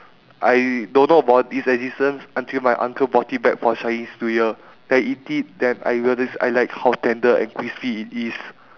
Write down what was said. I don't know about it's existence until my uncle bought it back for chinese new year then I eat it then I realise I like how tender and crispy it is